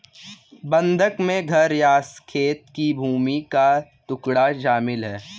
बंधक में घर या खेत की भूमि का टुकड़ा शामिल है